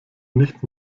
nicht